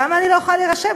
למה אני לא יכולה להירשם?